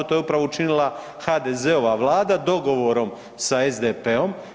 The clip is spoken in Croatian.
To je upravo učinila HDZ-ova Vlada dogovorom sa SDP-om.